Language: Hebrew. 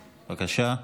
בבקשה.